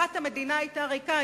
קופת המדינה היתה ריקה.